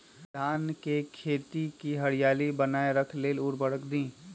धान के खेती की हरियाली बनाय रख लेल उवर्रक दी?